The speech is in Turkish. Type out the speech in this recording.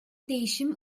değişim